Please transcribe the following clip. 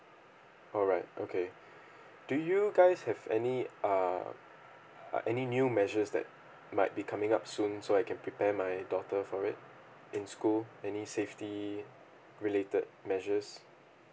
alright okay do you guys have any err uh any new measures that might be coming up soon so I can prepare my daughter for it in school any safety related measures